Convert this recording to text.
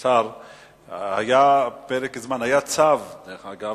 נדמה לי שהיה פרק זמן, היה צו, דרך אגב,